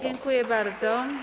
Dziękuję bardzo.